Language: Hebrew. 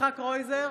יצחק קרויזר,